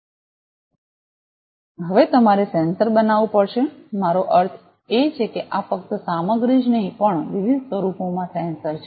હવે તમારે સેન્સર બનાવવું પડશે મારો અર્થ એ છે કે આ ફક્ત સામગ્રી જ નહીં પણ વિવિધ સ્વરૂપોમાં સેન્સર છે